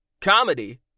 comedy